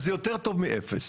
זה יותר טוב מאפס.